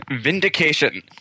Vindication